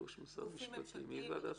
מה פירוש משרד המשפטים?